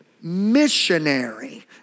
missionary